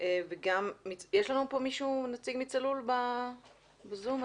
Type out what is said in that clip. יש לנו נציג מ-צלול ב-זום?